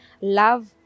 love